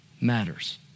matters